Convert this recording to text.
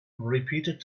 repeated